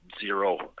zero